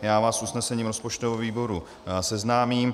Já vás s usnesením rozpočtového výboru seznámím: